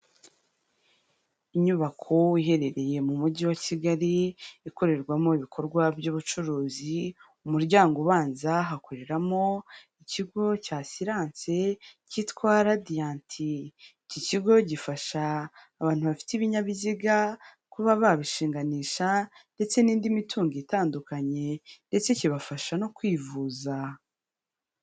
Inyubako iherereye mu mujyi wa Kigali ikorerwamo ibikorwa by'ubucuruzi. Umuryango ubanza hakoreramo ikigo cya siransi cyitwa radiyanti. Iki kigo gifasha abantu bafite ibinyabiziga kuba babishinganisha ndetse n'indi mitungo itandukanye ndetse kibafasha no kwivuza.